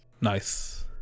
Nice